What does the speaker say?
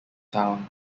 town